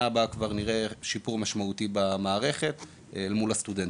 הבאה כבר נראה שיפור ניכר במערכת מול הסטודנטים.